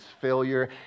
failure